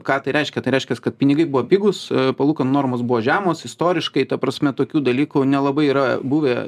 ką tai reiškia tai reiškias kad pinigai buvo pigūs palūkanų normos buvo žemos istoriškai ta prasme tokių dalykų nelabai yra buvę